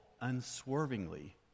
unswervingly